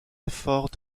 effort